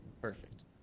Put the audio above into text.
Perfect